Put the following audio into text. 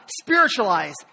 spiritualize